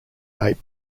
ape